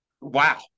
wow